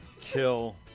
kill